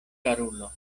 karulo